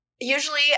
usually